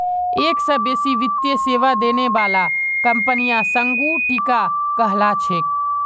एक स बेसी वित्तीय सेवा देने बाला कंपनियां संगुटिका कहला छेक